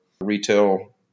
retail